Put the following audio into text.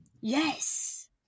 yes